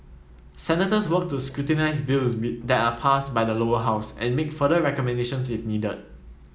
senators work to scrutinise bills be that are passed by the Lower House and make further recommendations if needed